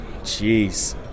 jeez